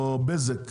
או בזק?